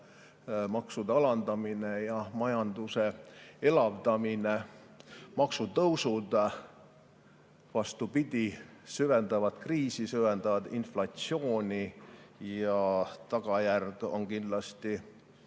maksude alandamine ja majanduse elavdamine. Maksutõusud, vastupidi, süvendavad kriisi, süvendavad inflatsiooni ja tagajärg on kindlasti,